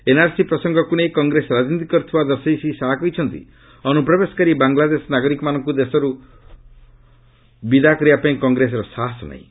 NRC ପ୍ରସଙ୍ଗକୁ ନେଇ Congress ରାଜନୀତି କରୁଥିବା ଦର୍ଶାଇ ଶ୍ରୀ ଶାହା କହିଛନ୍ତି ଅନ୍ଦ୍ରପ୍ରବେଶକାରୀ ବାଙ୍ଗଲାଦେଶ ନାଗରିକଙ୍କ ଦେଶର୍ ବିଦା କରିବା ପାଇଁ କଂଗ୍ରେସର ସାହସ ନାହିଁ